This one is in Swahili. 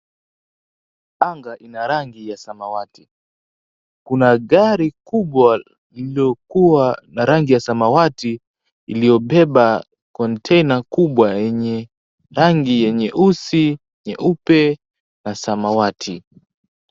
Anga lina rangi ya samawati. Kuna gari kubwa lililokuwa na rangi ya samawati iliyobeba kontena kubwa yenye rangi ya nyeusi, nyeupe na samawati.